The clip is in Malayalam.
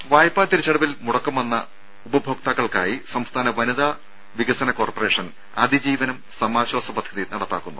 രുര വായ്പാ തിരിച്ചടവിൽ മുടക്കം വന്ന ഉപഭോക്താക്കൾക്കായി സംസ്ഥാന വനിതാ വികസന കോർപ്പറേഷൻ അതിജീവനം സമാശ്വാസ പദ്ധതി നടപ്പാക്കുന്നു